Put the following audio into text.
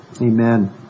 Amen